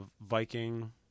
Viking